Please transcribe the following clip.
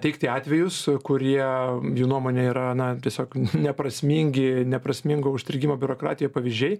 teikti atvejus kurie jų nuomone yra na tiesiog neprasmingi neprasmingo užstrigimo biurokratijoje pavyzdžiai